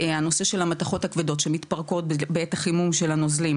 הנושא של המתכות הכבדות שמתפרקות בעת החימום של הנוזלים,